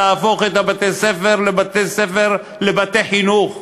להפוך את בתי-הספר לבתי חינוך,